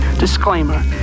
Disclaimer